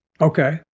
Okay